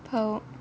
பாவம்:paavam